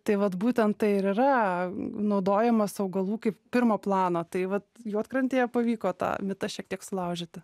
tai vat būtent tai ir yra naudojimas augalų kaip pirmo plano tai vat juodkrantėje pavyko tą mitą šiek tiek sulaužyti